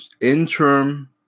Interim